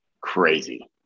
crazy